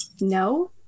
No